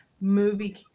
movie